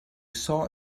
saw